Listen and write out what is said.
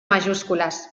majúscules